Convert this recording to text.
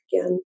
again